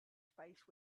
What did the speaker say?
space